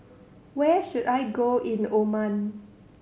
where should I go in Oman